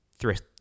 thrift